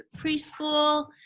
preschool